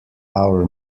our